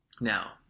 Now